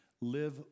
live